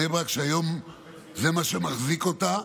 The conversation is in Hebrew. בני ברק, היום זה מה שמחזיק אותה.